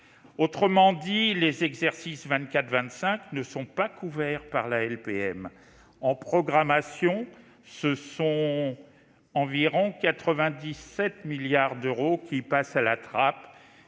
Autrement dit, les exercices 2024 et 2025 ne sont pas couverts par cette LPM. Ainsi, en programmation, ce sont environ 97 milliards d'euros qui passent à la trappe,